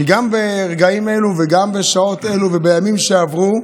כי גם ברגעים אלו וגם בשעות אלו ובימים שעברו,